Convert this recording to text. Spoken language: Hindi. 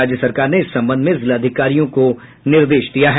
राज्य सरकार ने इस संबंध में जिलाधिकारियों को निर्देश दिया है